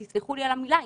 תסלחו לי על המילה,